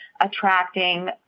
attracting